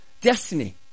destiny